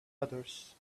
others